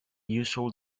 usual